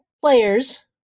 players